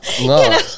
No